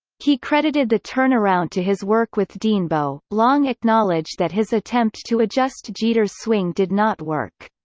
he credited the turnaround to his work with denbo long acknowledged that his attempt to adjust jeter's swing did not work.